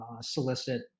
solicit